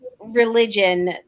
religion